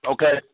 Okay